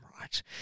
right